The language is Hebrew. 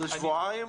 שבועיים.